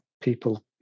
people